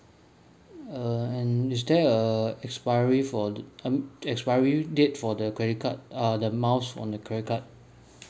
err and is there a expiry for I m~ expiry date for the credit card uh the miles on the credit card